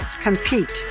compete